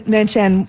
mention